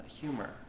humor